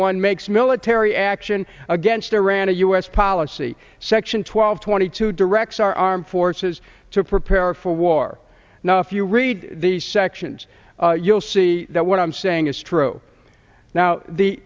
one makes military action against iran a us policy section twelve twenty two directs our armed forces to prepare for war if you read the sections you'll see that what i'm saying is true now